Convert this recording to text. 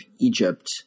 Egypt